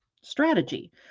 strategy